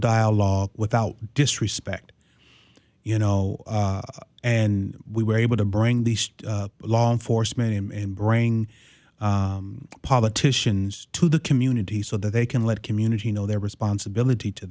dialogue without disrespect you know and we were able to bring the law enforcement and bring politicians to the community so that they can let community know their responsibility to